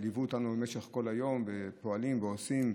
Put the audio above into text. שליוו אותנו במשך כל היום ופועלים ועושים.